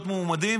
להיות מועמדים,